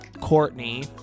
Courtney